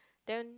then